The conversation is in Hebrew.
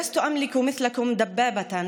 (חוזרת על השיר בערבית.)